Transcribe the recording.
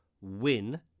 win